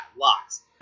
locks